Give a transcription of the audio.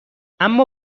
اما